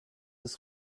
ist